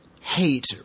hate